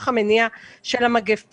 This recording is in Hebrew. כאילו האם הם הכוח המניע של המגפה?